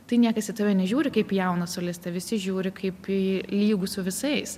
tai niekas į tave nežiūri kaip į jauną solistę visi žiūri kaip į lygų su visais